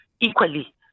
equally